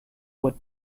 what